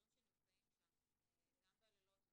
ההורים שנמצאים שם גם בלילות,